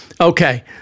Okay